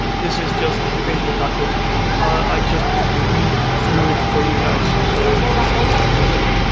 this is just facebook documentation. i just read through it for you guys so it's easy to consume.